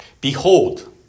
Behold